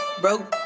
Bro